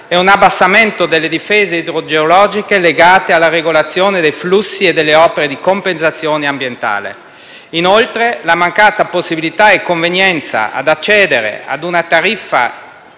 un abbassamento delle difese idrogeologiche legate alla regolazione dei flussi e delle opere di compensazione ambientale. Inoltre, la mancata possibilità e convenienza ad accedere a una tariffa